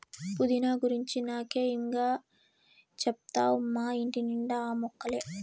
పుదీనా గురించి నాకే ఇం గా చెప్తావ్ మా ఇంటి నిండా ఆ మొక్కలే